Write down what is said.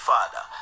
Father